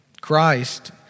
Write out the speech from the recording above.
Christ